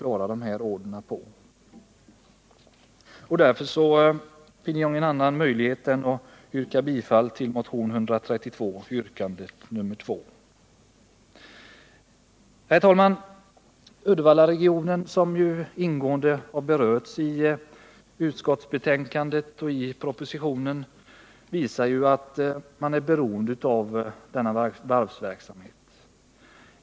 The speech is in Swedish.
Därför finner jag ingen annan möjlighet än att yrka bifall till motionen 132, yrkande 2. Herr talman! Uddevallaregionen är, som ingående har berörts i utskottsbetänkandet och i propositionen, beroende av denna varvsverksamhet.